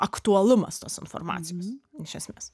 aktualumas tos informacijos iš esmės